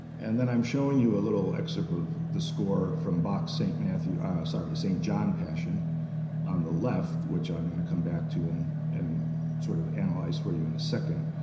and then i'm showing you a little excerpt of the score from bach's st. matthew sorry st. john passion on the left, which i'm going to come back to and sort of analyze for you in a second.